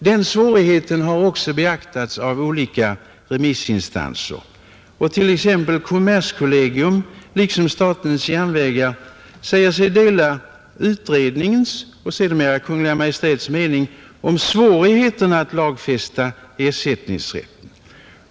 Den svårigheten har också beaktats av olika remissinstanser, och t.ex. kommerskollegium och statens järnvägar säger sig dela utredningens och sedermera Kungl. Maj:ts mening om svårigheten att lagfästa ersättningsrätten.